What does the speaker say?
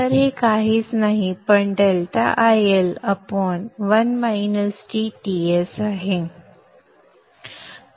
तर हे काहीच नाही पण ∆IL Ts